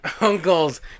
Uncles